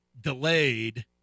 delayed